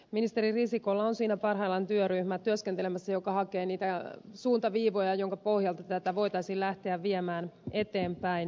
ministeri risikolla on siinä parhaillaan työskentelemässä työryhmä joka hakee niitä suuntaviivoja jonka pohjalta tätä voitaisiin lähteä viemään eteenpäin